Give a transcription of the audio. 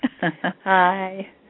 Hi